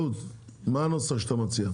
החקלאות מציע?